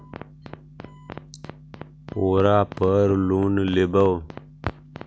ओरापर लोन लेवै?